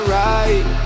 right